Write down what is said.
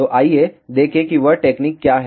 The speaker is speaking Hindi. तो आइए देखें कि वह टेक्निक क्या है